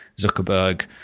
Zuckerberg